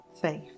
faith